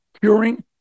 curing